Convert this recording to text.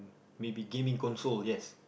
maybe gaming console yes